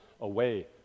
away